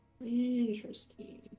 Interesting